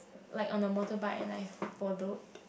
like on a motorbike and I followed